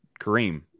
Kareem